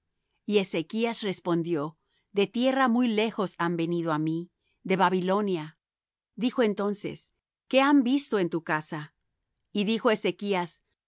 y ezechas respondió de tierra muy lejos han venido á mí de babilonia dijo entonces qué han visto en tu casa y dijo